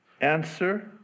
answer